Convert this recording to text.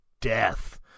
death